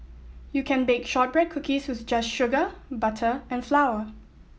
you can bake shortbread cookies with just sugar butter and flour